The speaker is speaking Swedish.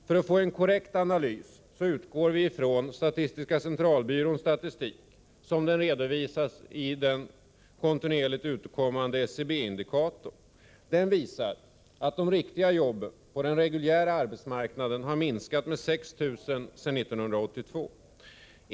För att få en korrekt analys utgår vi från statistiska centralbyråns statistik, som den redovisats i den kontinuerligt utkommande SCB-Indikatorer. Den visar att de riktiga jobben på den reguljära arbetsmarknaden har minskat med 6 000 sedan 1982.